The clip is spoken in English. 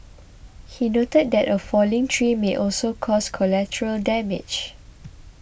he noted that a falling tree may also cause collateral damage